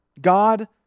God